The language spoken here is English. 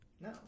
No